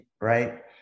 right